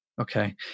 Okay